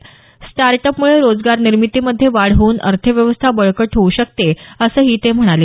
र्स्टाट अपमुळे रोजगार निर्मितीमध्ये वाढ होऊन अर्थव्यवस्था बळकट होऊ शकते असंही ते म्हणाले